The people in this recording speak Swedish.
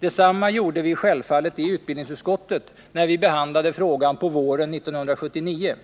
Detsamma gjorde vi självfallet i utbildningsutskottet, när vi behandlade frågan våren 1979.